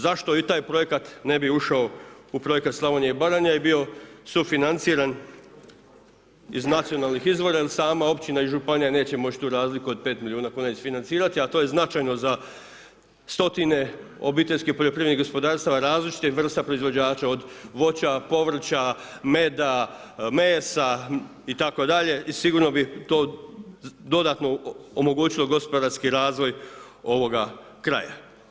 Zašto i taj projekat ne bi ušao u projekat Slavonije i Baranje i bio sufinanciran iz nacionalnih izvora, samo općina i županija neće moći tu razliku od 5 milijuna kuna isfinancirati a to je značajno za stotine obiteljskih poljoprivrednih gospodarstava različitih vrsta proizvođača od voća, povrća, meda, mesa itd. i sigurno bi to dodatno omogućilo gospodarski razvoj ovoga kraja.